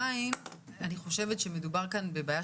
אבל עדיין מדובר כאן בבעיה